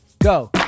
go